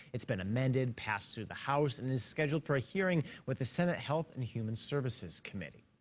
it's been amended, passed through the house and is scheduled for a hearing with the senate health and human services committee.